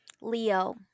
Leo